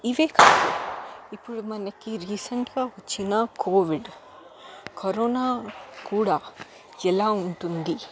ఇవే కాకుండా ఇప్పుడు మనకి రీసెంట్గా ఒక చిన్న కోవిడ్ కరోనా కూడా ఎలా ఉంటుంది